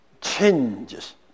changes